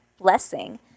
blessing